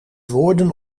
woorden